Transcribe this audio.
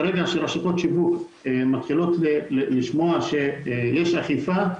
ברגע שרשתות שיווק ישמעו שיש אכיפה,